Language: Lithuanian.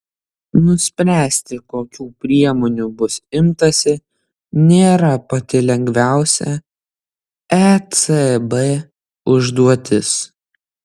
nuspręsti kokių priemonių bus imtasi nėra pati lengviausia ecb užduotis